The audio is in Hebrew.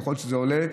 וככל שזה עולה,